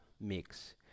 mix